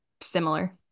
similar